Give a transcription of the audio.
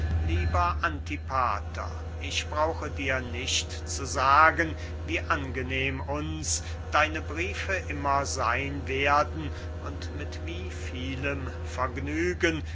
lieber antipater ich brauche dir nicht zu sagen wie angenehm uns deine briefe immer seyn werden und mit wie vielem vergnügen